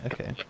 Okay